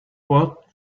what